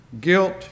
guilt